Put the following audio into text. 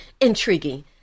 intriguing